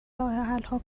راهحلها